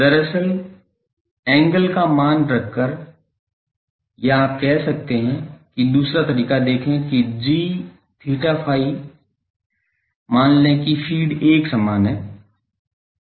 दरअसल एंगल का मान रखकर या आप कह सकते हैं कि दूसरा तरीका देखें कि g𝛳ϕ मान लें कि फ़ीड एक समान है